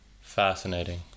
Fascinating